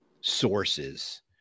sources